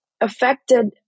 affected